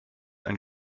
ein